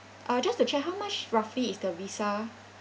uh just to check how much roughly is the visa